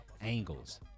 angles